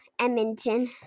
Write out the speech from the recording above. edmonton